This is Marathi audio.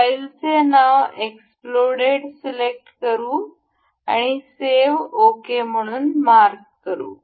फाईलचे नाव म्हणून एक्सप्लोड सिलेक्ट करू आणि सेव्ह ओके म्हणून मार्क करू